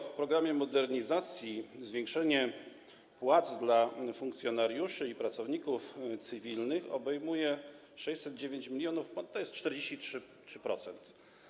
W programie modernizacji zwiększenie płac dla funkcjonariuszy i pracowników cywilnych dotyczy 609 mln, tj. 43%.